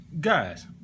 guys